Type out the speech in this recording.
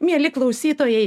mieli klausytojai